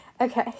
Okay